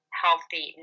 healthy